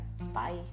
Bye